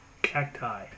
cacti